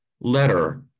letter